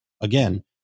again